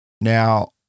now